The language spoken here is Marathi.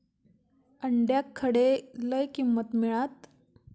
अंड्याक खडे लय किंमत मिळात?